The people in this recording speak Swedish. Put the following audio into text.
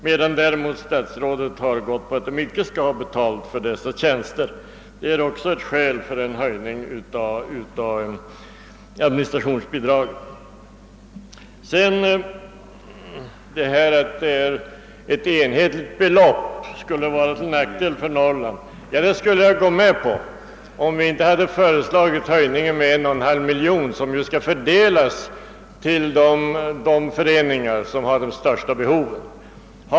Statsrådet har däremot föreslagit att de icke skall ha betalt för dessa tjänster. Det är också ett skäl för en höjning av administrationsbidraget. Invändningen att ett enhetligt belopp skulle vara till nackdel för Norrland skulle jag kunna gå med på om vi inte hade föreslagit höjningen på 1,5 miljon kronor att fördelas bland de föreningar som har det största behovet.